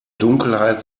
dunkelheit